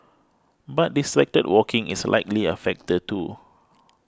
but distracted walking is likely a factor too